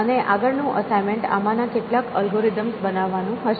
અને આગળનું અસાઇમેન્ટ આમાંના કેટલાક અલ્ગોરિધમ્સ બનાવવાનું હશે